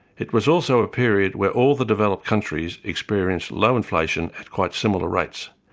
it was also a period where all the developed countries experienced low inflation at quite similar rates.